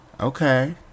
Okay